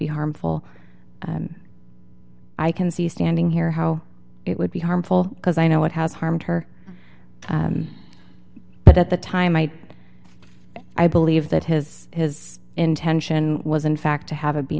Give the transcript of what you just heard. be harmful and i can see standing here how it would be harmful because i know what has harmed her but at the time i i believe that his his intention was in fact to have a be